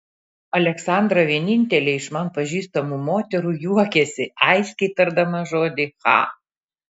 aleksandra vienintelė iš man pažįstamų moterų juokiasi aiškiai tardama žodį cha